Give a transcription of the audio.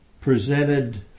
presented